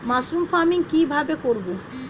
Mushroom farming কি ভাবে করব?